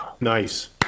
Nice